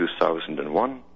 2001